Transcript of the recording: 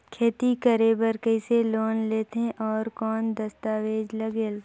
खेती करे बर कइसे लोन लेथे और कौन दस्तावेज लगेल?